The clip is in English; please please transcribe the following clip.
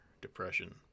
depression